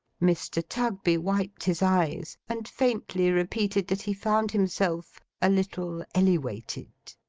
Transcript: mr. tugby wiped his eyes, and faintly repeated that he found himself a little elewated.